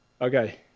Okay